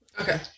okay